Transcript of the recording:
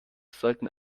sollten